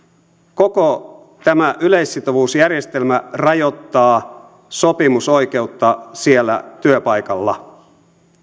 koko tämä yleissitovuusjärjestelmä rajoittaa sopimusoikeutta siellä työpaikalla